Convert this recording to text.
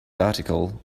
article